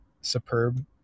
superb